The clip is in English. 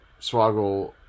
Swaggle